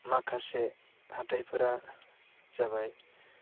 माखासे हाथायफोरा जाबाय